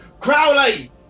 Crowley